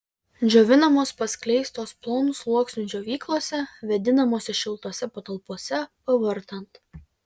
džiovinamos paskleistos plonu sluoksniu džiovyklose vėdinamose šiltose patalpose pavartant